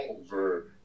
over